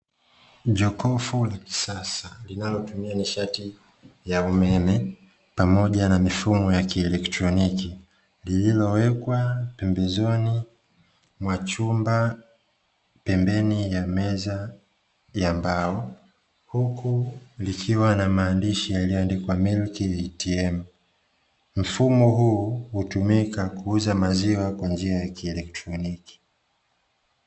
Jokofu la kisasa linalotumia nishati ya umeme, pamoja na mifumo ya kielekroniki, lililowekwa pembezoni mwa chumba, pembeni ya meza ya mbao, huku likiwa na maandishi yaliyoandikwa "Milk ATM". Mfumo huu hutumika kuuza maziwa kwa njia ya kielektroniki.